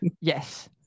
yes